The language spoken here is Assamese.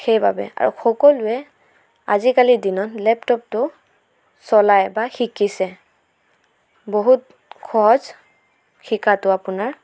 সেইবাবে আৰু সকলোৱে আজিকালিৰ দিনত লেপটপটো চলায় বা শিকিছে বহুত সহজ শিকাটো আপোনাৰ